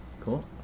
Cool